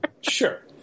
Sure